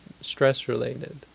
stress-related